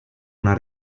una